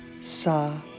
sa